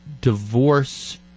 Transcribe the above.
divorce